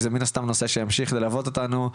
כי זה מן הסתם נושא שעוד ימשיך ללוות אותנו,